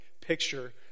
picture